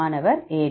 மாணவர் AD